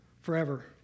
forever